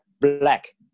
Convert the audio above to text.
black